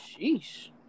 Sheesh